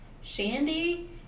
Shandy